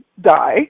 die